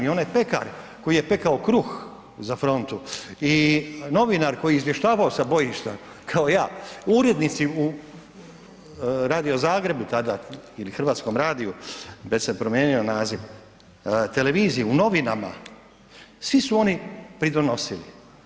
I onaj pekar koji je pekao kruh za frontu i novinar koji je izvještavao sa bojišta kao ja, urednici u Radio Zagrebu tada ili Hrvatskom radiju već se promijenio naziv, televiziji u novinama svi su oni pridonosili.